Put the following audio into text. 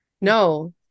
No